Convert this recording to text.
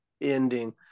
ending